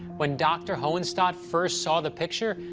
when dr. hohenstatt first saw the picture,